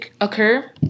occur